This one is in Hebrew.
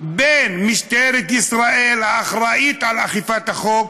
בין משטרת ישראל, האחראית לאכיפת החוק,